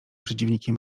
przeciwnikiem